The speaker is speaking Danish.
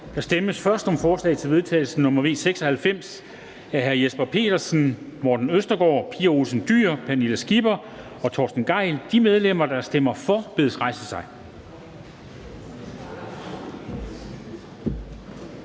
Der stemmes først om forslag til vedtagelse nr. V 96 af Jesper Petersen (S), Morten Østergaard (RV), Pia Olsen Dyhr (SF), Pernille Skipper (EL) og Torsten Gejl (ALT). De medlemmer, der stemmer for, bedes rejse sig.